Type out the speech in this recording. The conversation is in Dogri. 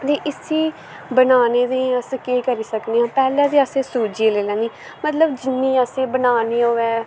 दे इस्सी बनाने दी अस केह् करी सकने आं पैह्लें ते अलैं सूजी लेई लैनी मतलव जिन्ने असैं बनाने होऐ